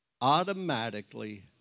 automatically